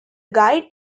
guide